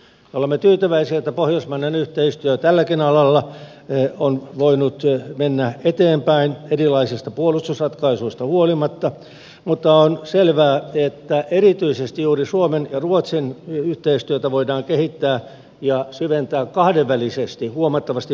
olemme tyytyväisiä että pohjoismainen yhteistyö tälläkin alalla on voinut mennä eteenpäin erilaisista puolustusratkaisuista huolimatta mutta on selvää että erityisesti juuri suomen ja ruotsin yhteistyötä voidaan kehittää ja syventää kahdenvälisesti huomattavasti pidemmälle